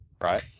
right